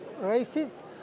races